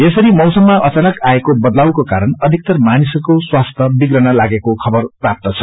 यसरी मौसममा अचानक आएको बदलावको कारण अधिकतर मानिसहरूको स्वस्थ्य विग्रन लागेको खबर प्राप्त छ